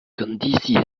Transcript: conditie